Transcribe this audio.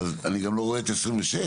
אני גם לא רואה את זה קורה ב-2026.